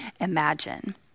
imagine